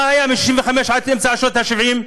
מה היה מ-1965 עד אמצע שנות ה-70?